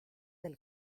del